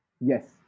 Yes